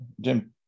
Jim